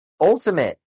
Ultimate